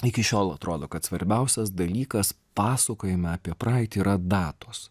iki šiol atrodo kad svarbiausias dalykas pasakojime apie praeitį yra datos